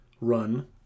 run